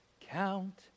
Count